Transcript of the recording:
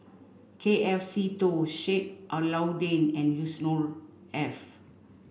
K F Seetoh Sheik Alau'ddin and Yusnor Ef